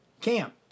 camp